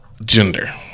Gender